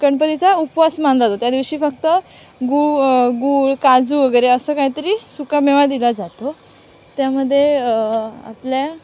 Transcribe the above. गणपतीचा उपवास मानला जा त्यादिवशी फक्त गूळ गूळ काजू वगैरे असं काहीतरी सुकामेवा दिला जातो त्यामध्ये आपल्या